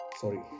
sorry